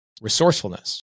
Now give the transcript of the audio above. resourcefulness